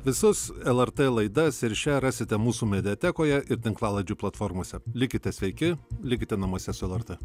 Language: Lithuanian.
visas lrt laidas ir šią rasite mūsų mediatekoje ir tinklalaidžių platformose likite sveiki likite namuose su lrt